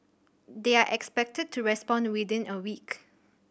they are expected to respond within a week